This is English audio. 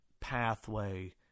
pathway